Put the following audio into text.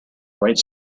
right